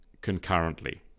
concurrently